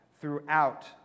throughout